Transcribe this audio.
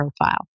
profile